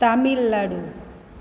Tamil Nadu